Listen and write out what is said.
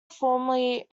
formerly